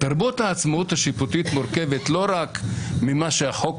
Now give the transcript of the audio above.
תרבות העצמאות השיפוטית מורכבת לא רק ממה שהחוק קובע,